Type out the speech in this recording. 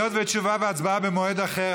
היות ותשובה והצבעה במועד אחר,